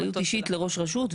אחריות אישית לראש רשות.